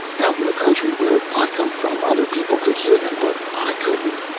out in the country, where i come from, other people could hear them, but i couldn't.